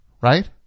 right